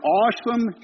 awesome